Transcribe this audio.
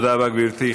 תודה רבה, גברתי.